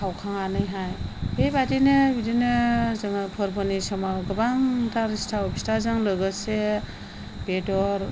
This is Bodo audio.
सावखांनानैहाय बेबादिनो बिदिनो जोङो फोरबोनि समाव गोबांथार सिथाव फिथाजों लोगोसे बेदर